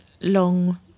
long